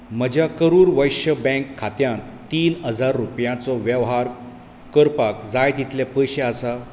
म्हज्या करुर वैश्य बँक खात्यांत तीन हजार रुपयांचो वेव्हार करपाक जाय तितले पयशे आसा